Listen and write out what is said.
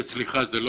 איתן